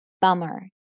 bummer